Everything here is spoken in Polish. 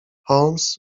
holmes